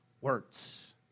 words